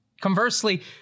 Conversely